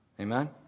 Amen